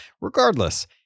Regardless